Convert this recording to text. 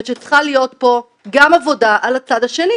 שצריכה להיות פה גם עבודה על הצד השני,